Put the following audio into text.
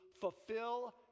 fulfill